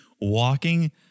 walking